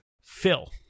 Phil